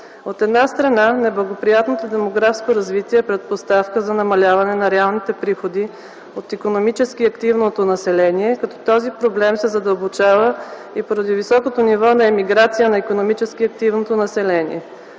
От една страна, неблагоприятното демографско развитие е предпоставка за намаляване на реалните приходи от икономически активното население, като този проблем се задълбочава и поради високото ниво на емиграция на икономически активното население.